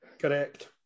Correct